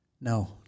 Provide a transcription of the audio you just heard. No